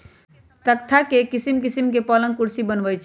तकख्ता से किशिम किशीम के पलंग कुर्सी बनए छइ